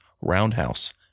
Roundhouse